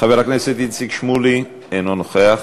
חבר הכנסת איציק שמולי, אינו נוכח.